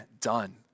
done